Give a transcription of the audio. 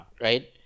right